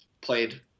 played